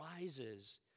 rises